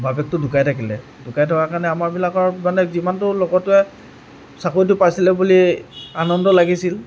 বাপেকটো ঢুকাই থাকিলে ঢুকাই থকাৰ কাৰণে আমাৰবিলাকৰ মানে যিমানটো লগটোৱে চাকৰিটো পাইছিলে বুলি আনন্দ লাগিছিল